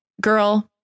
Girl